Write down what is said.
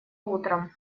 утром